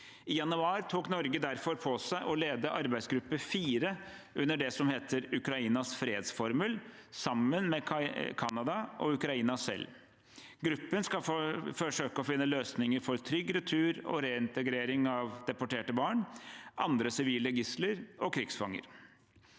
I januar tok Norge derfor på seg å lede arbeidsgruppe 4 under det som heter Ukrainas fredsformel, sammen med Canada og Ukraina selv. Gruppen skal forsøke å finne løsninger for trygg retur og reintegrering av deporterte barn, andre sivile gisler og krigsfanger.